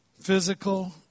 physical